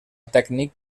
tècnic